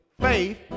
Faith